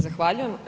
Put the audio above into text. Zahvaljujem.